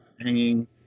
hanging